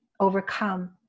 overcome